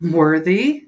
worthy